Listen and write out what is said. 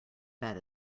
bad